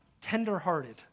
tender-hearted